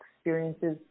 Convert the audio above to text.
experiences